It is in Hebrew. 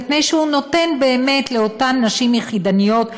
מפני שהוא נותן באמת לאותן נשים יחידניות,